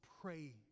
pray